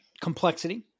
complexity